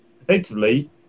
effectively